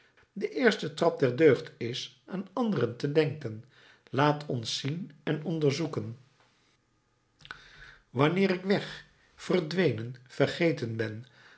de eerste trap der deugd is aan anderen te denken laat ons zien en onderzoeken wanneer ik weg verdwenen vergeten ben